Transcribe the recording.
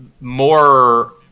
more